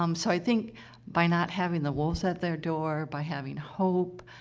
um so i think by not having the wolves at their door, by having hope,